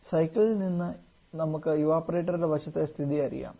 സൈക്കിളിൽ നിന്ന് നമുക്ക് ഇവപൊറേറ്ററുടെ വശത്തെ സ്ഥിതി അറിയാം